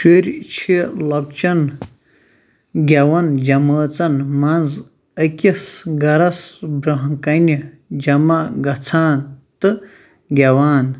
شُرۍ چھِ لۄكچن گٮ۪وَن جمٲژن منٛز أکِس گَرس برٛونٛہہ کنہِ جمع گَژھان تہٕ گٮ۪وان